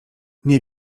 nie